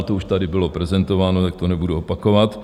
To už tady bylo prezentováno, tak to nebudu opakovat.